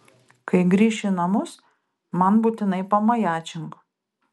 kai grįši į namus man būtinai pamajačink